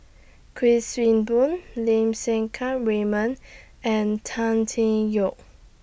Kuik Swee Boon Lim Sen Keat Raymond and Tan Tee Yoke